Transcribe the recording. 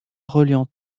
reliant